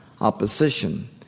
opposition